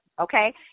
okay